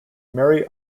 mary